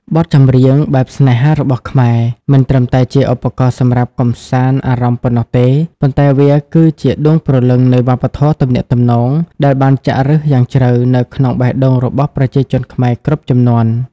បទចម្រៀងបែបស្នេហារបស់ខ្មែរ មិនត្រឹមតែជាឧបករណ៍សម្រាប់កម្សាន្តអារម្មណ៍ប៉ុណ្ណោះទេ ប៉ុន្តែវាគឺជាដួងព្រលឹងនៃវប្បធម៌ទំនាក់ទំនង ដែលបានចាក់ឫសយ៉ាងជ្រៅនៅក្នុងបេះដូងរបស់ប្រជាជនខ្មែរគ្រប់ជំនាន់។